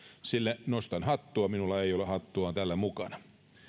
sille nostan hattua minulla vain ei ole hattua täällä mukana